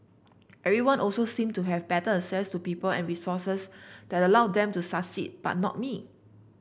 everyone also seemed to have better access to people and resources that allowed them to succeed but not me